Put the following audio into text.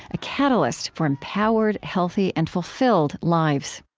a catalyst for empowered, healthy, and fulfilled lives